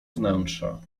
wnętrza